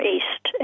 East